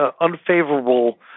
unfavorable